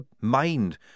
mind